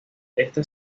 esta